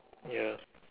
ya